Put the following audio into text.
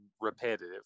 repetitive